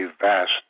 vast